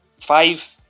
five